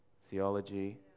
theology